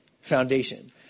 foundation